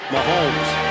Mahomes